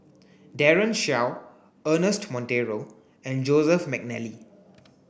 Daren Shiau Ernest Monteiro and Joseph Mcnally